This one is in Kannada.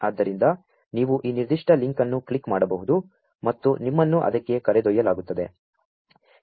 ಆದ್ದರಿಂ ದ ನೀ ವು ಈ ನಿರ್ದಿ ಷ್ಟ ಲಿಂ ಕ್ ಅನ್ನು ಕ್ಲಿಕ್ ಮಾ ಡಬಹು ದು ಮತ್ತು ನಿಮ್ಮ ನ್ನು ಅದಕ್ಕೆ ಕರೆದೊ ಯ್ಯ ಲಾ ಗು ತ್ತದೆ